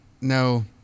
no